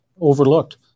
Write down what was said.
overlooked